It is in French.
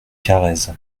carrez